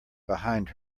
behind